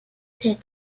cet